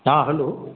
हॅं हेलो